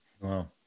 Wow